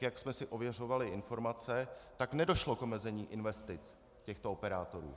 Jak jsme si ověřovali informace, nedošlo k omezení investic těchto operátorů.